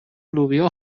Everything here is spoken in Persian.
لوبیا